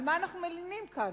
על מה אנחנו מלינים כאן?